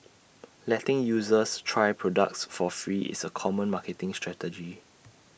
letting users try products for free is A common marketing strategy